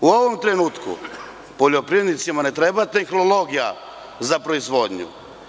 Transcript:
U ovom trenutku poljoprivrednicima ne treba tehnologija za proizvodnju.